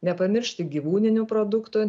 nepamiršti gyvūninių produktų